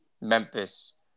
Memphis